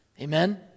Amen